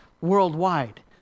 worldwide